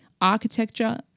Architecture